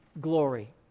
glory